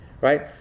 right